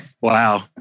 Wow